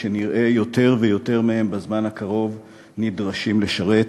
שנראה יותר ויותר מהם בזמן הקרוב נדרשים לשרת.